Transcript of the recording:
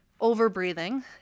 over-breathing